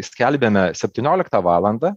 skelbiame septynioliktą valandą